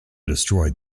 destroyed